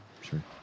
Sure